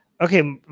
Okay